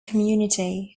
community